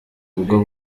ubwo